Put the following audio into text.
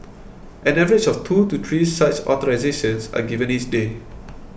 an average of two to three such authorisations are given each day